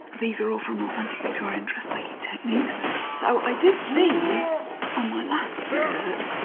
these are all from authentic victorian dressmaking techniques. so i did these on my last skirt.